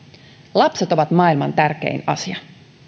lapset ovat maailman tärkein asia